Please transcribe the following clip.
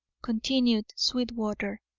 continued sweetwater.